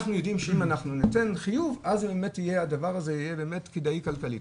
אנחנו יודעים שאם אנחנו ניתן חיוב אז הדבר הזה יהיה באמת כדאי כלכלית,